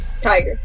Tiger